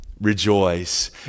rejoice